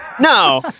no